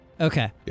Okay